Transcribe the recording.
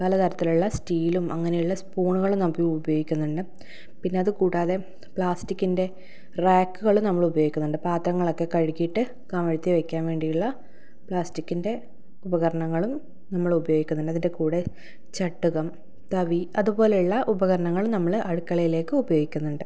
പലതരത്തിലുള്ള സ്റ്റീലും അങ്ങനെയുള്ള സ്പൂണുകളും നമ്മൾ ഉപയോഗിക്കുന്നുണ്ട് പിന്നെ അതുകൂടാതെ പ്ലാസ്റ്റിക്കിൻ്റെ റാക്കുകളും നമ്മൾ ഉപയോഗിക്കുന്നുണ്ട് പാത്രങ്ങളൊക്കെ കഴുകീട്ട് കമഴ്ത്തി വെക്കാൻ വേണ്ടിയുള്ള പ്ലാസ്റ്റിക്കിൻ്റെ ഉപകരണങ്ങളും നമ്മൾ ഉപയോഗിക്കുന്നുണ്ട് അതിൻ്റെ കൂടെ ചട്ടുകം തവി അതുപോലെയുള്ള ഉപകരണങ്ങളും നമ്മൾ അടുക്കളയിലേക്ക് ഉപയോഗിക്കുന്നുണ്ട്